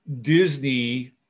Disney